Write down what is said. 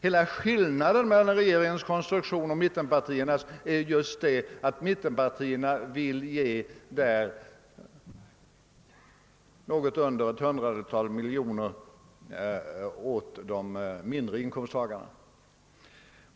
En skillnad mellan regeringens konstruktion och mittenpartiernas är just att mittenpartierna på så sätt vill ge något under ett hundratal miljoner åt de mindre inkomsttagarna.